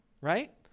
right